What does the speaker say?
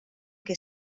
que